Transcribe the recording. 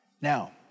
Now